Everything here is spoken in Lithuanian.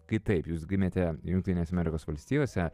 kitaip jūs gimėte jungtinėse amerikos valstijose